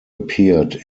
appeared